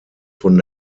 von